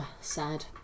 Sad